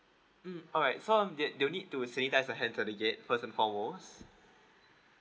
mm alright so um they they will need to sanitise the hand at the gate first and foremost